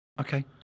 Okay